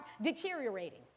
deteriorating